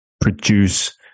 produce